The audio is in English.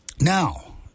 Now